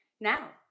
now